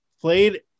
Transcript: played